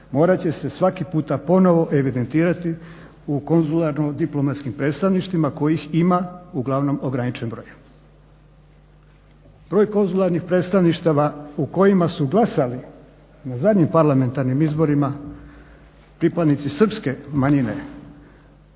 morat će se svaki puta ponovo evidentirati u konzularno-diplomatskim predstavništvima kojih ima uglavnom ograničen broj. Broj konzularnih predstavništava u kojima su glasali na zadnjim parlamentarnim izborima pripadnici srpske manjine